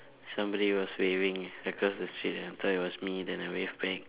somebody was waving across the street and I thought it was me then I wave back